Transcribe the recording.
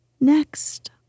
Next